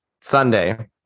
Sunday